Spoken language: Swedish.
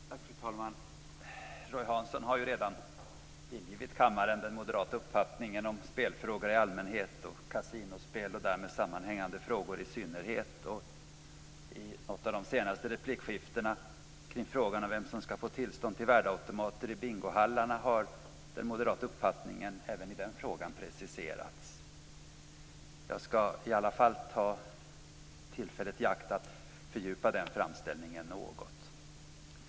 Fru talman! Roy Hansson har redan delgivit kammaren den moderata uppfattningen om spelfrågor i allmänhet och kasinospel och därmed sammanhängande frågor i synnerhet. I något av de senaste replikskiftena kring frågan om vem som skall få tillstånd till värdeautomater i bingohallar har den moderata uppfattningen även i den frågan preciserats. Jag skall i varje fall ta tillfället i akt att fördjupa framställningen något.